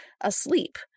asleep